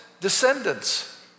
descendants